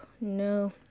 no